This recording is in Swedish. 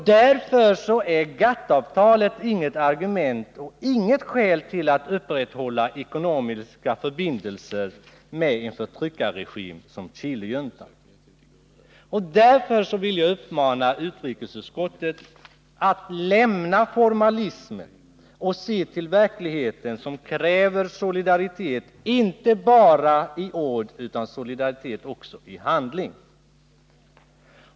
Därför är GATT-avtalet inget argument för upprätthållandet av ekonomiska förbindelser med Chilejuntans förtryckarregim. Och därför vill jag också uppmana utrikesutskottet att lämna formalismen och se till verkligheten, som kräver solidaritet inte bara i ord utan också i handling.